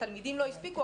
התלמידים לא הספיקו,